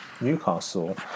Newcastle